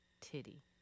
titty